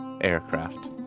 aircraft